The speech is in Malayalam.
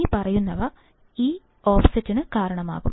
ഇനിപ്പറയുന്നവ ഈ ഓഫ്സെറ്റിന് കാരണമാകും